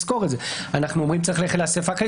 --- אנחנו אומרים צריך ללכת לאסיפה כללית.